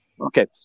Okay